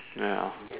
ya